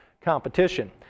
competition